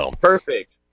Perfect